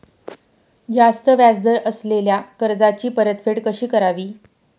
जास्त व्याज दर असलेल्या कर्जाची परतफेड कशी करावी?